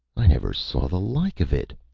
i never saw the like of it,